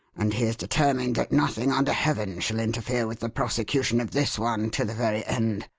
and he is determined that nothing under heaven shall interfere with the prosecution of this one to the very end.